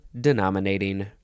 denominating